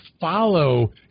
follow